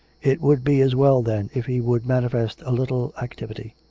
it would be as well, then, if he would manifest a little activity.